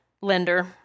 lender